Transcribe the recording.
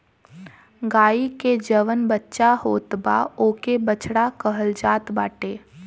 गाई के जवन बच्चा होत बा ओके बछड़ा कहल जात बाटे